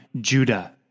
Judah